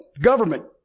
government